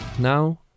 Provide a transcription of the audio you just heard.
Now